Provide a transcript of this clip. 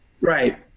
Right